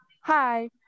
Hi